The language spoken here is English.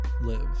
Live